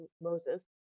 Moses